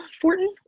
Fortin